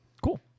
Cool